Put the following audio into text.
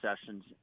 sessions